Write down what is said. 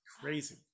crazy